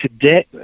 today